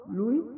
lui